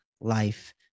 life